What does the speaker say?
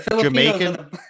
Jamaican